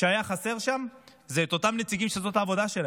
שהיה חסר שם זה את אותם נציגים, שזאת העבודה שלהם.